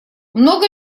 много